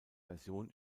version